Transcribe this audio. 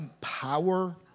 power